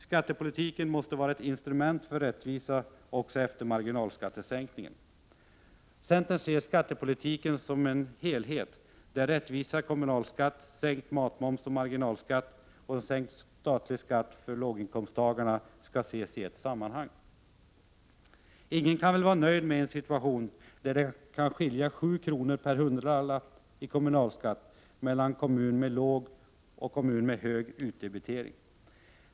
Skattepolitiken måste vara ett instrument för rättvisa också efter marginalskattesänkningen. Centern ser skattepolitiken som en helhet, där rättvis kommunalskatt, sänkt matmoms och marginalskatt och sänkt statlig skatt för låginkomsttagarna skall ses i ett sammanhang. Ingen kan väl vara nöjd med en situation, där det kan skilja 7 kr. per hundralapp i kommunalskatt mellan kommun med låg och kommun med hög utdebitering.